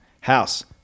house